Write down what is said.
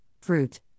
fruit